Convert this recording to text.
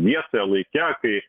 vietoje laike kai